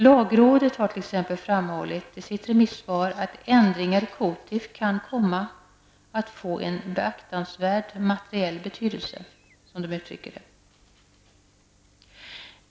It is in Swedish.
Lagrådet har t.ex. framhållit i sitt remissvar att ändringar i COTIF kan komma att få en ''beaktansvärd materiell betydelse''.